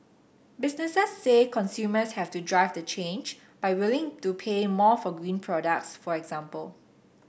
businesses say consumers have to drive the change by willing do pay more for green products for example